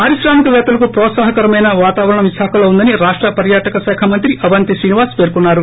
పారిశ్రామిక వేత్తలకు హ్రోత్సాహకరమైన వాతావరణం విశాఖలో ఉందని రాష్ట పర్యాటక శాఖ మంత్రి అవంతి శ్రీనివాస్ పేర్కొన్నారు